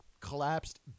collapsed